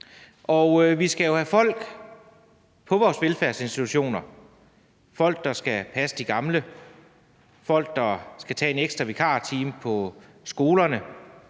Vi skal jo have folk i vores velfærdsinstitutioner, folk, der skal passe de gamle, folk, der skal tage en ekstra vikartime på skolerne,